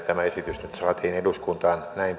tämä esitys nyt saatiin eduskuntaan näin